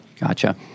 Gotcha